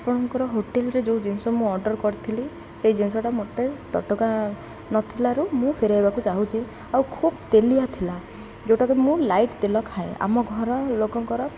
ଆପଣଙ୍କର ହୋଟେଲ୍ରେ ଯେଉଁ ଜିନିଷ ମୁଁ ଅର୍ଡ଼ର୍ କରିଥିଲି ସେଇ ଜିନିଷଟା ମୋତେ ତଟକା ନଥିଲାରୁ ମୁଁ ଫେରେଇବାକୁ ଚାହୁଁଛି ଆଉ ଖୁବ୍ ତେଲିଆ ଥିଲା ଯେଉଁଟାକି ମୁଁ ଲାଇଟ୍ ତେଲ ଖାଏ ଆମ ଘର ଲୋକଙ୍କର